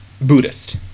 Buddhist